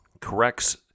corrects